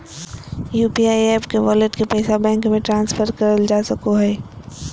UPI app के wallet के पैसा बैंक मे ट्रांसफर करल जा सको हय